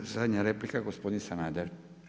I zadnja replika, gospodin Sanader.